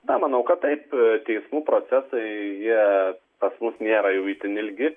na manau kad taip teismų procesai jie pas mus nėra jau itin ilgi